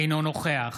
אינו נוכח